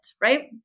right